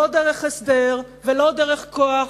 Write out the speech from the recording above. לא דרך הסדר ולא דרך כוח,